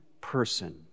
person